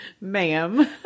Ma'am